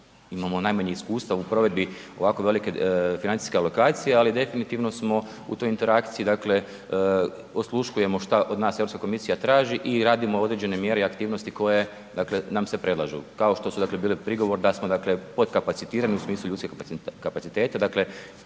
imamo najmanje iskustva u provedbi ovako velike financijske alokacije, ali definitivno smo u tu interakciji dakle, osluškujemo što od nas EU komisija traži i radimo određene mjere i aktivnosti koje nam se predlažu, kao što su dakle biti prigovor da smo podkapacitirani u smislu ljudskih kapaciteta, dakle,